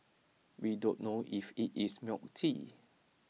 we don't know if IT is milk tea